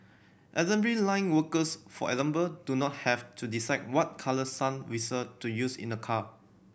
assembly line workers for example do not have to decide what colour sun visor to use in a car